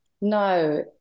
no